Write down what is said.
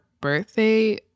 birthday